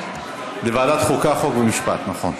לוועדת החוקה, חוק ומשפט, נכון.